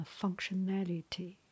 functionality